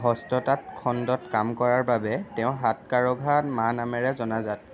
হস্ততাঁত খণ্ডত কৰা কামৰ বাবে তেওঁ হাটকাৰঘা মা নামেৰে জনাজাত